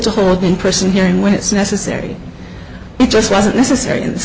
to hold in person hearing when it's necessary it just wasn't necessary